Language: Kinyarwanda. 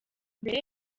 mbere